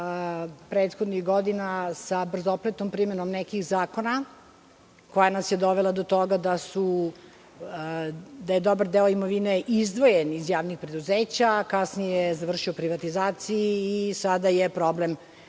prethodnih godina, sa brzopletom primenom nekih zakona, koja nas je dovela do toga da je dobar deo imovine izdvojen iz javnih preduzeća, a kasnije je i završio u privatizaciji i sada je problem